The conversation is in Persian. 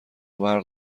برق